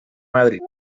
madrid